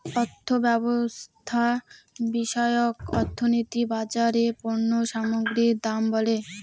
অর্থব্যবস্থা বিষয়ক অর্থনীতি বাজারে পণ্য সামগ্রীর দাম বলে